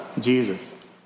Jesus